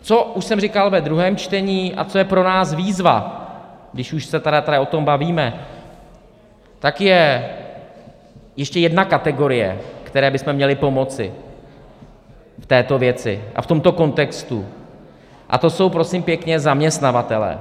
Co už jsem říkal ve druhém čtení a co je pro nás výzva, když už se o tom bavíme, tak je ještě jedna kategorie, které bychom měli pomoci v této věci a v tomto kontextu, a to jsou, prosím pěkně, zaměstnavatelé.